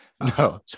No